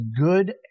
good